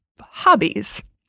hobbies